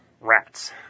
rats